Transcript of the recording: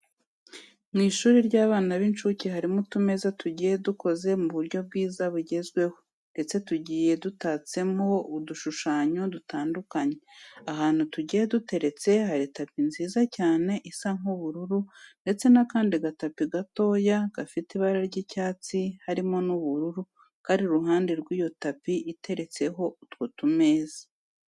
Mu ishuri ry'abana b'inshuke harimo utumeza tugiye dukoze mu buryo bwiza bugezweho ndetse tugiye dutatseho udushushanyo dutandukanye. Ahantu tugiye duteretse hari tapi nziza cyane isa nk'ubururu ndetse n'akandi gatapi gatoya gafite ibara ry'icyatsi harimo n'ubururu kari iruhande rw'iyo tapi iteretseho utwo tumeza.